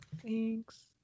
Thanks